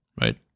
right